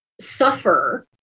suffer